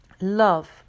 love